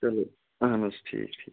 چلو اہن حظ ٹھیٖک چھُ